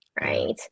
right